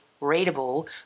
readable